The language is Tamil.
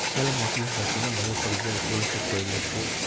சேலம் மாவட்டத்துலேயும் பார்த்திங்கனா மையப்பகுதிலேயே ஒரு சுகவனேசுவரர் கோவில் இருக்குது